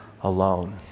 alone